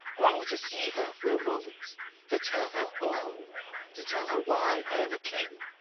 oh, to see her for a moment to tell her all to tell her why i am a king!